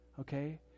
Okay